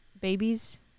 babies